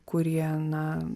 kurie na